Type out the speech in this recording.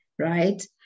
Right